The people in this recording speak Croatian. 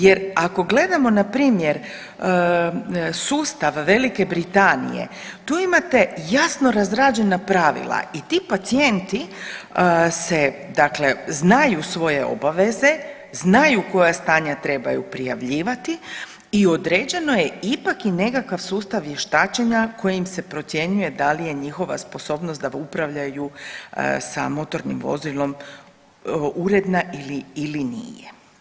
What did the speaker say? Jer ako gledamo npr. sustav Velike Britanije tu imate jasno razrađena pravila i ti pacijenti se dakle znaju svoje obaveze, znaju koja stanja trebaju prijavljivati i određeno je ipak i nekakav sustav vještačenja kojim se procjenjuje da li je njihova sposobnost da upravljaju sa motornim vozilom uredna ili, ili nije.